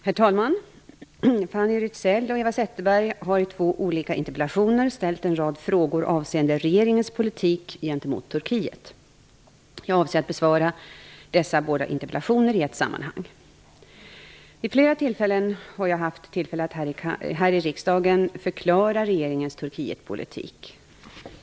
Herr talman! Fanny Rizell och Eva Zetterberg har i två olika interpellationer ställt en rad frågor avseende regeringens politik gentemot Turkiet. Jag avser att besvara dessa båda interpellationer i ett sammanhang. Vid flera tillfällen har jag haft tillfälle att här i riksdagen förklara regeringens Turkietpolitik.